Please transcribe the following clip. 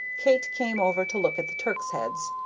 kate came over to look at the turk's-heads,